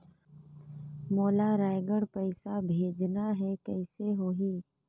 मोला रायगढ़ पइसा भेजना हैं, कइसे होही?